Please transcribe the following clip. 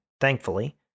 thankfully